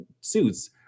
suits